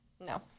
no